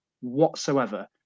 whatsoever